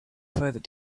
further